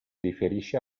riferisce